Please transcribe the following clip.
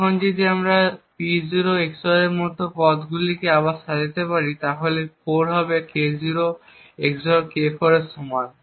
এখন যদি আমরা P0 XOR এর মতো পদগুলিকে আবার সাজাতে পারি তাহলে 4 হবে K0 XOR K4 এর সমান